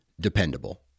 dependable